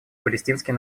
палестинский